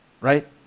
Right